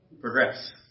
progress